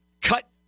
cut